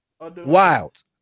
Wild